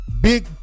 big